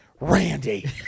Randy